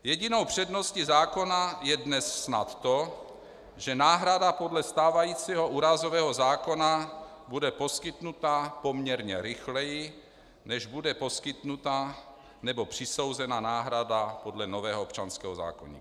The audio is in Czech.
Jedinou předností zákona je dnes snad to, že náhrada podle stávajícího úrazového zákona bude poskytnuta poměrně rychleji, než bude poskytnuta nebo přisouzena náhrada podle nového občanského zákoníku.